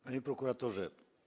Panie Prokuratorze!